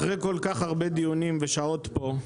אחרי כל כך הרבה דיונים ושעות פה,